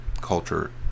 culture